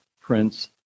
Prince